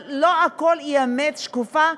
אבל לא הכול הוא אמת שקופה,